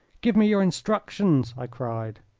give me your instructions! i cried.